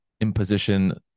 imposition